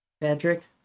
Patrick